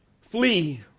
flee